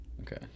Okay